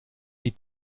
die